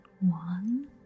One